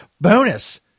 Bonus